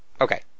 Okay